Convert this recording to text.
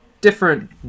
different